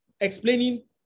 explaining